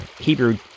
hebrew